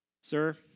sir